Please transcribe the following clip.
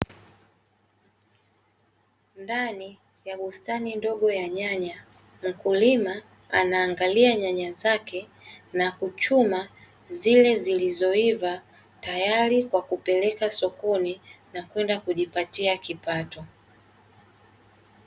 Ndani ya bustani ndogo ya nyanya mkulima mmoja anaangalia nyanya zake na kuchuma zile zilizoiva. Tayari kwa kupelekwa sokoni na kwenda kujipatia kipato.